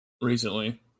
recently